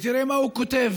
ותראה מה הוא כותב.